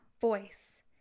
voice